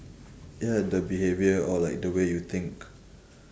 ya the behaviour or like the way you think